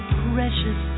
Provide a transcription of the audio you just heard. precious